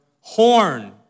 horn